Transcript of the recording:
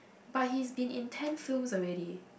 but he's been in ten films already